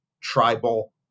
tribal